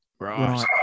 Right